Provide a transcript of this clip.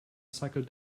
cycled